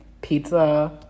Pizza